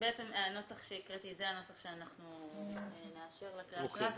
בעצם הנוסח שהקראתי זה הנוסח שאנחנו נאשר לקריאה הראשונה.